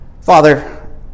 Father